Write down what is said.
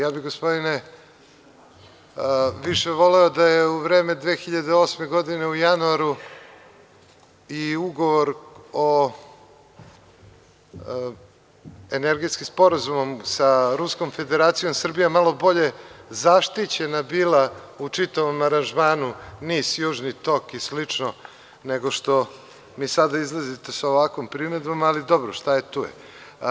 Ja bih gospodine više voleo da je u vreme 2008. godine u januaru i ugovor energetskim sporazumom sa Ruskom Federacijom, Srbija malo bolje zaštićena bila u čitavom aranžmanu NIS, Južni tok i slično, nego što mi sada izlazite sa ovakvom primedbom, ali dobro, šta je tu je.